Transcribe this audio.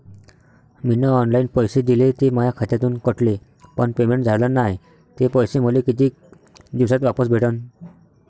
मीन online पैसे दिले, ते माया खात्यातून कटले, पण पेमेंट झाल नायं, ते पैसे मले कितीक दिवसात वापस भेटन?